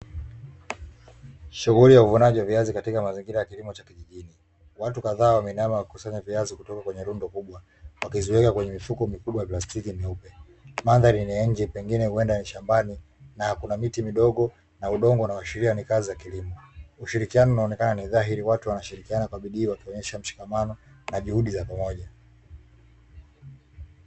Shughuli ya uvunaji viazi katika mazingira ya kilimo cha kijijini, watu kadhaa wameinama kukusanya viazi kutoka kwenye rumbo kubwa wakiziweka kwenye mifuko mikubwa, huku mandhari ni ya nje pengine huenda ni shambani, na kuna miti midogo na udongo unaashiria ni kazi za kilimo. Ushirikiano unaonekana ni dhahiri, watu wanashirikiana kwa bidii wakionyesha mshikamano na juhudi za pamoja.